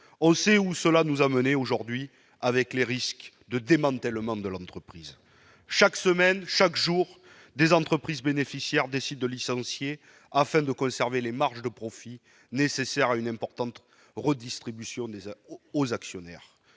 on sait où cela nous a mené aujourd'hui, avec les risques de démantèlement de l'entreprise, chaque semaine, chaque jour des entreprises bénéficiaires décide de licencier afin de conserver les marges de profit nécessaires à une importante redistribution des aux actionnaires